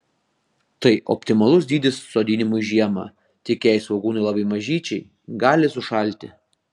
tai optimalus dydis sodinimui žiemą tik jei svogūnai labai mažyčiai gali sušalti